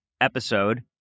episode